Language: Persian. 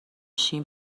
شیم